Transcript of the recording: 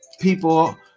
people